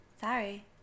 Sorry